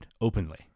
openly